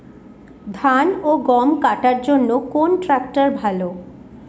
ধান ও গম কাটার জন্য কোন ট্র্যাক্টর ভালো?